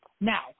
Now